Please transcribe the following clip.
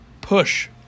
push